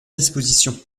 disposition